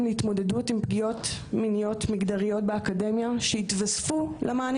להתמודדות עם פגיעות מיניות ומגדריות באקדמיה שיתוספו למענים